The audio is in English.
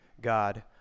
God